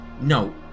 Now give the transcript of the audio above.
No